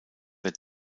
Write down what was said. der